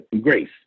Grace